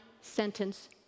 sentence